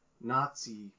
nazi